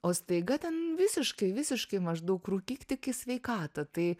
o staiga ten visiškai visiškai maždaug rūkyk tik į sveikatą tai